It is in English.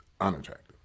unattractive